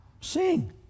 Sing